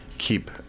keep